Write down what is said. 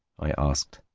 i asked.